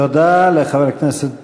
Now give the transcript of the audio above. תודה לחבר הכנסת ג'בארין.